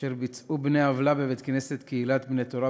אשר ביצעו בני-עוולה בבית-הכנסת "קהילת בני תורה"